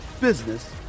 business